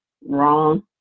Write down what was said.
Wrong